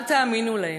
אל תאמינו להם.